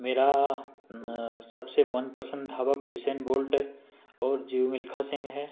मेरा सबसे मनपसंद धावक यूसेन बोल्ट और जीव मिल्खा सिंह हैं